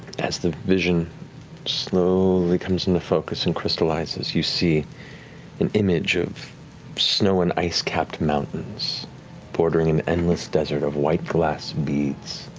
as the vision slowly comes into focus and crystallizes, you see an image of snow and ice capped mountains bordering an endless desert of white glass beads